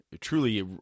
Truly